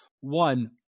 one